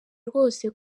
rwose